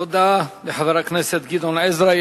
תודה לחבר הכנסת גדעון עזרא.